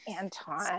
Anton